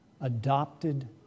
Adopted